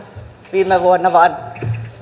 viime vuonna vaan